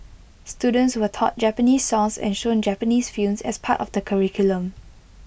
students were taught Japanese songs and shown Japanese films as part of the curriculum